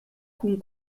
cun